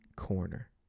corner